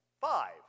Five